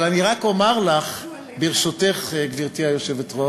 אבל אני רק אומר לך, ברשותך, גברתי היושבת-ראש,